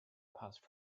passed